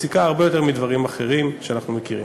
מציקה הרבה יותר מדברים אחרים שאנחנו מכירים.